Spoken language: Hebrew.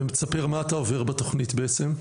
וספר מה אתה עובר בתכנית בעצם.